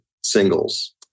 singles